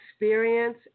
experience